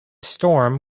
storm